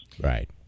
right